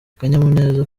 akanyamuneza